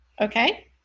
Okay